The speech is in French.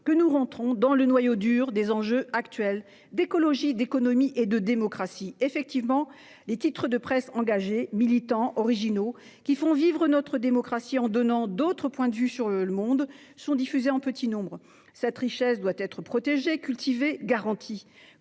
que nous entrons dans le dur face aux enjeux actuels d'écologie, d'économie et de démocratie. Effectivement, les titres de presse engagés, militants et originaux qui font vivre notre démocratie en donnant d'autres points de vue sur le monde sont diffusés en petit nombre. Cette richesse doit être protégée, cultivée et garantie.